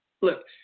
look